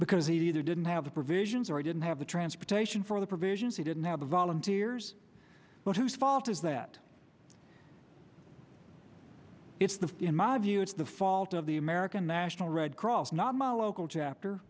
because he'd either didn't have the provisions or didn't have the transportation for the provisions he didn't have the volunteers but whose fault is that is the in my view it's the fault of the american national red cross not my local chapter